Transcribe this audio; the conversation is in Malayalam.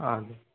ആ ഇത്